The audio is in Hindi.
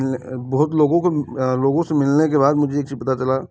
बहुत लोगों को लोगों से मिलने के बाद मुझे एक चीज पता चला